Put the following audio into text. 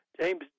James